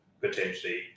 potentially